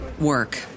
work